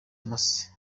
amase